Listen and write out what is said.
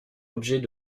l’objet